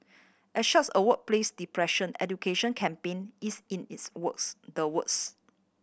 as such a workplace depression education campaign is in is works the works